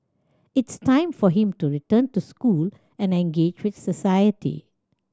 it's time for him to return to school and engage with society